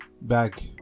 back